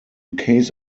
case